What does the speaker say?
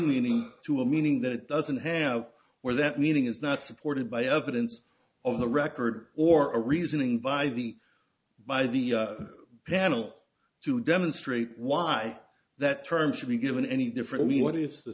meaning to a meaning that it doesn't have or that meaning is not supported by evidence of the record or a reasoning by the by the panel to demonstrate why that term should be given any different me what is the